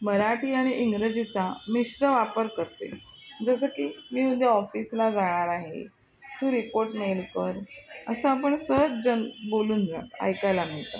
मराठी आणि इंग्रजीचा मिश्र वापर करते जसं की मी म्हणजे ऑफिसला जाणार आहे तू रिपोर्ट मेल कर असं आपण सहज जन बोलून जा ऐकायला मिळतात